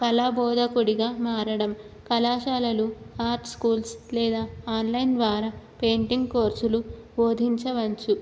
కళా బోధకుడిగా మారడం కళాశాలలు ఆర్ట్ స్కూల్స్ లేదా ఆన్లైన్ ద్వారా పెయింటింగ్ కోర్సులు బోధించవచ్చు